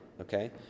Okay